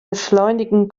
beschleunigen